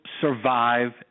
survive